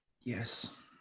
Yes